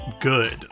good